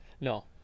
No